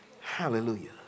Hallelujah